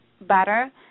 better